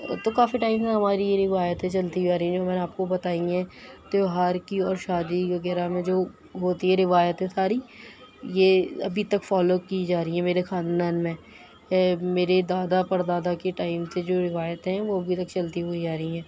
تو کافی ٹائم سے ہماری یہ روایتیں چلتی آ رہی ہیں میں نے آپ کو بتائی ہیں تہوار کی اور شادی وغیرہ میں جو ہوتی ہے روایتیں ساری یہ ابھی تک فالو کی جا رہی ہیں میرے خاندان میں میرے دادا پر دادا کے ٹائم سے جو روایتیں ہیں وہ ابھی تک چلتی ہوئی آ رہی ہیں